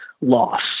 loss